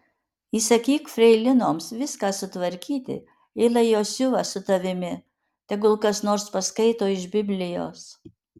įsakyk freilinoms viską sutvarkyti ir lai jos siuva su tavimi tegul kas nors paskaito iš biblijos